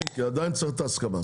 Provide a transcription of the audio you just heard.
כי עדיין צריך את ההסכמה.